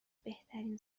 بهترین